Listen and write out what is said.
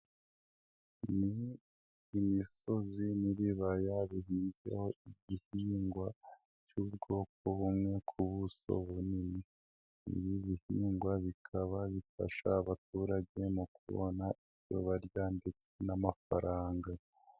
Ni imisozi n'ibibaya bihinzeho igihingwa cy'ubwoko bumwe ku buso bunini, ibi bihingwa bikaba bifasha abaturage mu kubona ibyo barya ndetse n'amafaranga.